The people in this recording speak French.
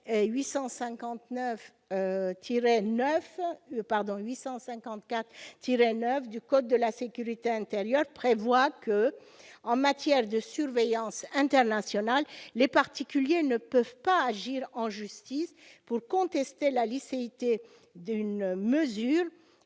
L. 854-9 du code de la sécurité intérieure prévoit que, en matière de surveillance internationale, les particuliers ne peuvent pas agir en justice pour contester la licéité d'une mesure